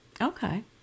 Okay